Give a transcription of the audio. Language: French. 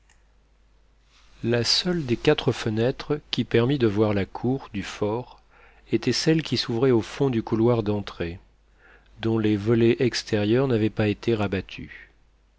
la seule des quatre fenêtres qui permît de voir la cour du fort était celle qui s'ouvrait au fond du couloir d'entrée dont les volets extérieurs n'avaient pas été rabattus